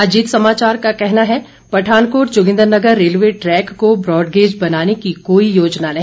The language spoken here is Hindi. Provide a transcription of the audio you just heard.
अजीत समाचार का कहना है पठानकोट जोगिंद्रनगर रेलवे ट्रैक को ब्रॉडगेज बनाने की कोई योजना नहीं